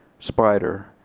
Spider